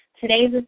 Today's